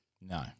No